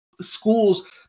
schools